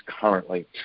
currently